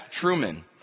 Truman